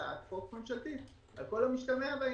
כהצעת חוק ממשלתית על כל המשתמע בעניין.